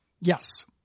Yes